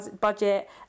budget